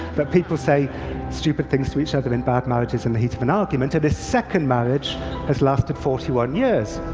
but people say stupid things to each other in bad marriages in the heat of an argument, and his second marriage has lasted forty one years.